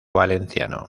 valenciano